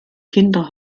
kinder